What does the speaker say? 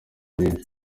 myinshi